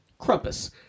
Crumpus